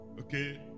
okay